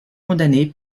condamné